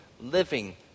living